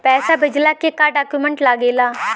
पैसा भेजला के का डॉक्यूमेंट लागेला?